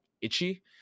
itchy